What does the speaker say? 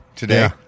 today